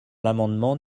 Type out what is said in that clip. l’amendement